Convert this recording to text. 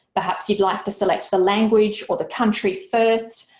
perhaps you'd like to select the language or the country first.